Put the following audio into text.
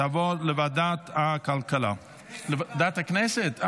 לוועדה שתקבע ועדת הכנסת נתקבלה.